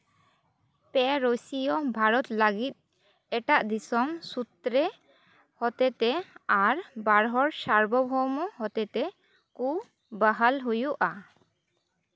ᱯᱮ ᱨᱟᱹᱥᱭᱟᱹ ᱵᱷᱟᱨᱚᱛ ᱞᱟᱹᱜᱤᱫ ᱮᱴᱟᱜ ᱫᱤᱥᱚᱢ ᱥᱩᱛᱨᱮ ᱦᱚᱛᱮᱛᱮ ᱟᱨ ᱵᱟᱨᱦᱚᱲ ᱥᱟᱨᱵᱚᱵᱷᱳᱣᱢᱚ ᱦᱚᱛᱮᱛᱮ ᱠᱩ ᱵᱟᱦᱟᱞ ᱦᱩᱭᱩᱜᱼᱟ